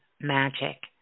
magic